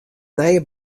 nije